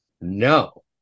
No